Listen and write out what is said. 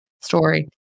story